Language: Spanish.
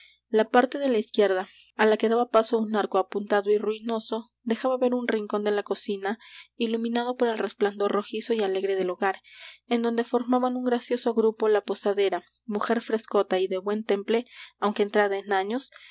la parte de la izquierda á la que daba paso un arco apuntado y ruinoso dejaba ver un rincón de la cocina iluminado por el resplandor rojizo y alegre del hogar en donde formaban un gracioso grupo la posadera mujer frescota y de buen temple aunque entrada en años